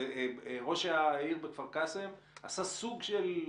ראש העיר בכפר קאסם עשה סוג של,